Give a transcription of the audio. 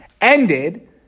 ended